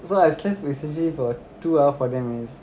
so I slept peacefully for two hour forty nine minutes